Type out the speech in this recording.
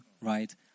right